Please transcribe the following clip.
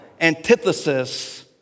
antithesis